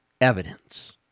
evidence